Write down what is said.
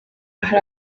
hari